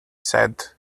said